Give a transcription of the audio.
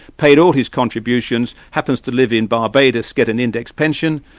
paid all his contributions, happens to live in barbados, get an indexed pension,